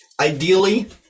Ideally